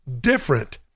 different